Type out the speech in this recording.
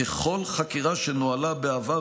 ככל חקירה שנוהלה בעבר,